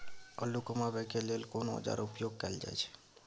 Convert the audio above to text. आलू कमाबै के लेल कोन औाजार उपयोग कैल जाय छै?